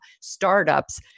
startups